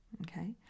okay